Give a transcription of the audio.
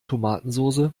tomatensoße